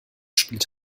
spielt